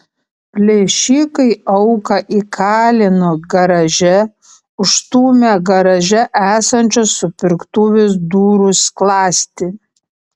plėšikai auką įkalino garaže užstūmę garaže esančios supirktuvės durų skląstį